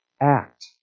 act